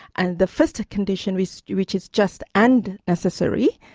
and the first condition, which which is just and necessary,